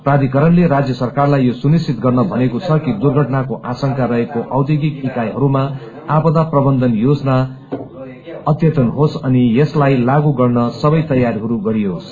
प्राधिकरणले राज्य सरकारहरूलाई यो सुनिश्चित गर्न भनेको छ कि दुर्घटनाको आशंका रहेको औद्योगिक इकाईहरूमा आपदा प्रबन्धन योजना अद्यतन होस अनि यसलाई लागू गर्ने सबै तयारीहरू गरियोस्